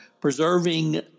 preserving